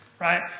right